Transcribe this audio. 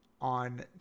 on